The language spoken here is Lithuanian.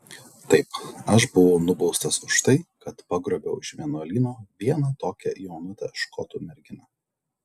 taip aš buvau nubaustas už tai kad pagrobiau iš vienuolyno vieną tokią jaunutę škotų merginą